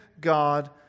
God